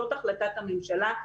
זאת החלטת הממשלה.